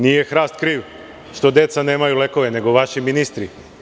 Nije hrast kriv što deca nemaju lekove, nego vaši ministri.